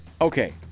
Okay